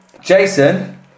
Jason